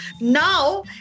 Now